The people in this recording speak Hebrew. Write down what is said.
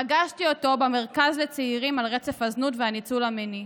פגשתי אותו במרכז לצעירים על רצף הזנות והניצול המיני,